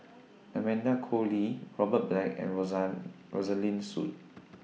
Amanda Koe Lee Robert Black and Rosa Rosaline Soon